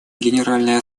генеральной